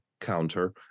counter